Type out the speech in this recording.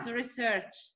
research